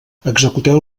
executeu